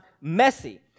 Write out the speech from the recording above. messy